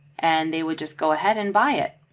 and they would just go ahead and buy it.